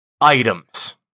items